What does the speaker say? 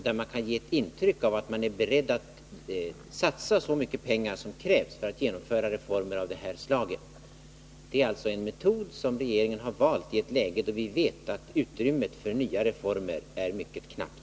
Det kan ge ett intryck av att vi är beredda att satsa så mycket pengar som krävs för att genomföra reformer av det slaget. Detta är en metod som regeringen valt i ett läge då vi vet att utrymmet för nya reformer är mycket knappt.